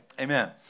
Amen